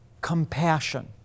compassion